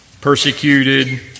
persecuted